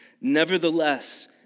nevertheless